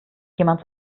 jemand